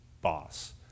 boss